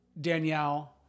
Danielle